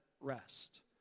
rest